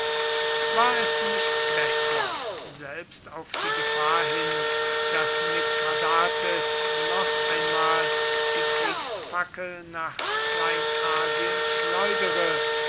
war es nicht besser selbst auf die gefahr hin daß mithradates noch einmal die kriegsfackel nach kleinasien schleudere